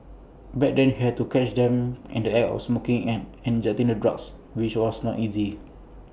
back then you had to catch them in the act of smoking and injecting the drugs which was not easy